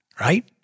Right